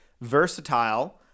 versatile